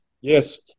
Yes